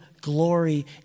glory